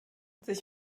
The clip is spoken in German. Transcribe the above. sich